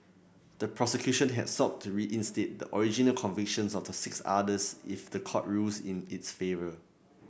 the prosecution had sought to reinstate the original convictions of the six others if the court rules in its favour